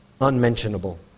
Unmentionable